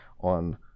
on